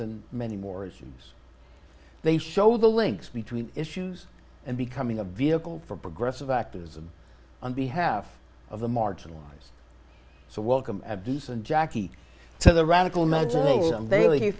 and many more issues they show the links between issues and becoming a vehicle for progressive activism on behalf of the marginalized so welcome obese and jackie to the radical magic them daily